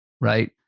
right